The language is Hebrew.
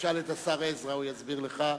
תשאל את השר עזרא, הוא יסביר לך,